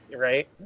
Right